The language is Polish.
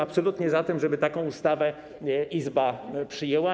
Absolutnie jestem za tym, żeby taką ustawę Izba przyjęła.